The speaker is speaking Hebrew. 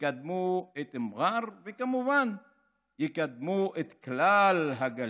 יקדמו את מע'אר, וכמובן שיקדמו את כלל הגליל.